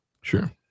sure